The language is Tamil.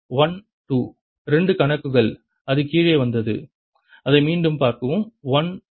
1 2 2 கணக்குகள் அது கீழே வந்தது அதை மீண்டும் பார்க்கவும் 1 2